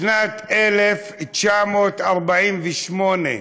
בשנת 1948,